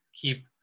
keep